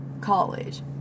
college